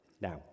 Now